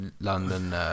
London